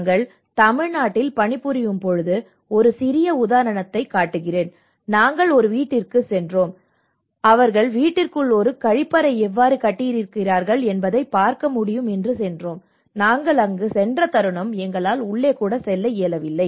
நாங்கள் தமிழ்நாட்டில் பணிபுரியும் போது ஒரு சிறிய உதாரணத்தைக் காட்டுகிறேன் நாங்கள் ஒரு வீட்டிற்குச் சென்றோம் இதனால் அவர்கள் வீட்டிற்குள் ஒரு கழிப்பறை எவ்வாறு கட்டியிருக்கிறார்கள் என்பதைப் பார்க்க முடியும் நாங்கள் அங்கு சென்ற தருணம் எங்களால் உள்ளே கூட செல்ல முடியவில்லை